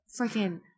freaking